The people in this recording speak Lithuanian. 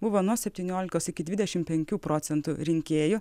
buvo nuo septyniolikos iki dvidešimt penkių procentų rinkėjų